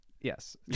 Yes